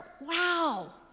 Wow